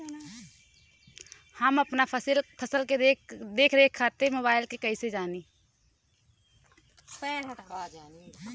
हम अपना फसल के देख रेख खातिर मोबाइल से कइसे जानी?